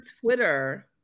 Twitter